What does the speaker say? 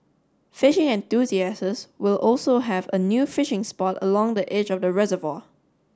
fishing enthusiasts will also have a new fishing spot along the edge of the reservoir